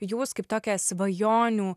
jūs kaip tokią svajonių